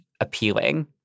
appealing